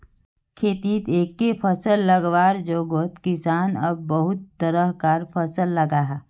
खेतित एके फसल लगवार जोगोत किसान अब बहुत तरह कार फसल लगाहा